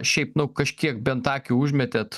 šiaip nu kažkiek bent akį užmetėt